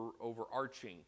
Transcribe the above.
overarching